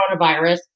coronavirus